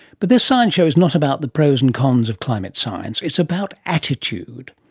but this science show is not about the pros and cons of climate science. it's about attitude.